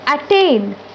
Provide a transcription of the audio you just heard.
attain